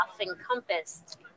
encompassed